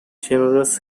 generous